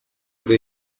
kuri